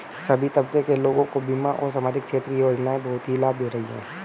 सभी तबके के लोगों को बीमा और सामाजिक क्षेत्र की योजनाएं बहुत ही लाभ दे रही हैं